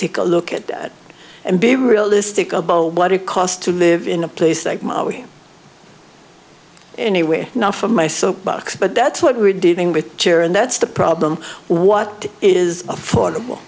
take a look at it and be realistic about what it costs to live in a place like anywhere now from my soapbox but that's what we're dealing with cheer and that's the problem what is affordable